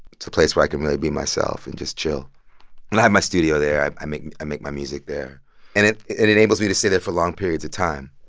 it's a place where i can really be myself and just chill. and i have my studio there. i i make i make my music there and it it enables me to stay there for long periods of time.